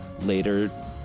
Later